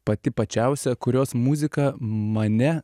pati pačiausia kurios muzika mane